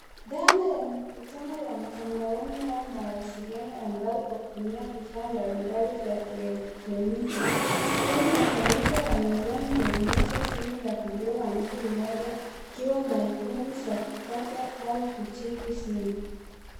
Dhana ya mikutano ya mtandaoni au mawasiliano ya mbali kwa kutumia vifaa mbalimbali vya kielektroniki. Skrini ya kompyuta ya mezani inaonyesha simu ya video ya mtu mmoja ikiwa na ikoni za kukata au kujibu simu.